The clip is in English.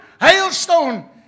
hailstone